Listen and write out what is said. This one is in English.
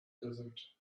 desert